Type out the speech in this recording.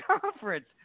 conference